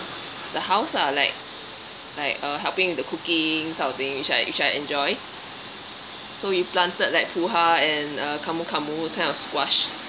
the house lah like like uh helping with the cooking sort of thing which I which I enjoy so we planted like puha and uh camu camu kind of squash